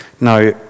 Now